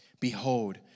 Behold